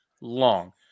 long